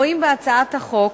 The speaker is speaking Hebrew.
רואים בהצעת החוק